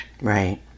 Right